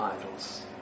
idols